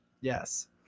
Yes